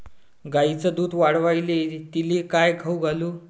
गायीचं दुध वाढवायले तिले काय खाऊ घालू?